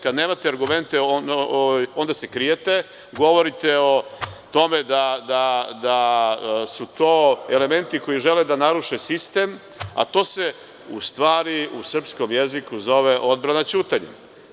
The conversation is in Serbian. Kada nemate argumente, onda se krijete, govorite o tome da su to elementi koji žele da naruše sistem, a to se u stvari u srpskom jeziku zove „odbrana ćutanjem“